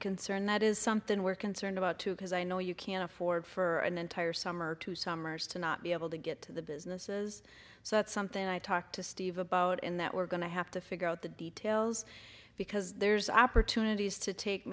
concern that is something we're concerned about too because i know you can't afford for an entire summer two summers to not be able to get to the businesses so that's something i talked to steve about in that we're going to have to figure out the details because there's opportunities to take